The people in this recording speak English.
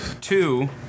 Two